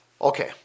Okay